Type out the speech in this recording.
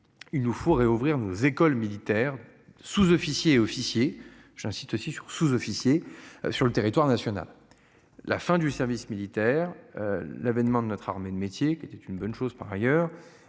Il nous faut réouvrir nos écoles militaires sous-officiers et officiers j'insiste aussi sur sous-officier sur le territoire national. La fin du service militaire. L'avènement de notre armée de métiers qui était une bonne chose par ailleurs.